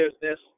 business